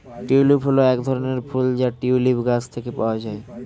tulip হল এক ধরনের ফুল যা টিউলিপ গাছ থেকে পাওয়া যায়